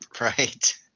Right